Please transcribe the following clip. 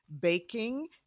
baking